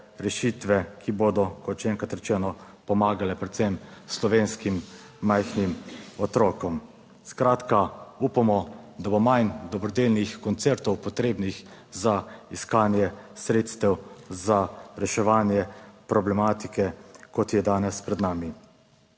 rešitve, ki bodo, kot še enkrat rečeno, pomagale predvsem slovenskim majhnim otrokom. Skratka, upamo, da bo manj dobrodelnih koncertov potrebnih za iskanje sredstev za reševanje problematike, kot je danes pred nami.